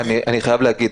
אני חייב להגיד,